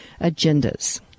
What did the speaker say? agendas